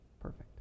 perfect